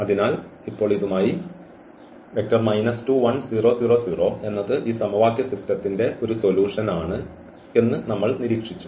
അതിനാൽ ഇപ്പോൾ ഇതുമായി എന്നത് ഈ സമവാക്യ സിസ്റ്റത്തിന്റെ ഒരു സൊലൂഷൻ ആണ് എന്ന് നമ്മൾ നിരീക്ഷിച്ചു